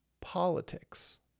politics